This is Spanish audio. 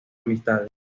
amistades